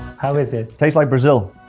how is it? tastes like brazil!